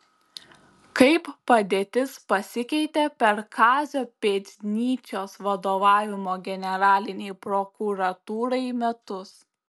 kaip padėtis pasikeitė per kazio pėdnyčios vadovavimo generalinei prokuratūrai metus